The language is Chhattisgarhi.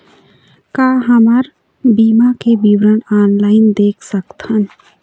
का हमर बीमा के विवरण ऑनलाइन देख सकथन?